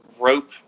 rope